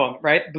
right